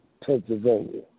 Pennsylvania